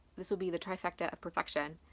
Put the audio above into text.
this will be the trifecta of perfection.